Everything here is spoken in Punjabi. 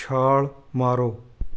ਛਾਲ ਮਾਰੋ